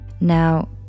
Now